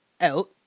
out